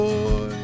Boy